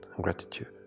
gratitude